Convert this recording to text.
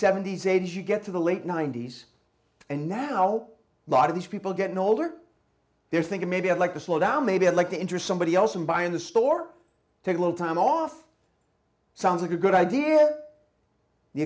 seventy's eighty's you get to the late ninety's and now lot of these people getting older they're thinking maybe i'd like to slow down maybe i'd like the interest somebody else and buy in the store take a little time off sounds like a good idea the